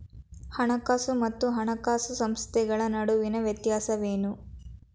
ಹಣಕಾಸು ಮತ್ತು ಹಣಕಾಸು ಸಂಸ್ಥೆಗಳ ನಡುವಿನ ವ್ಯತ್ಯಾಸವೇನು?